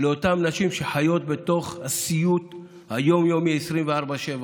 לאותן נשים שחיות בתוך הסיוט היום-יומי, 24/7,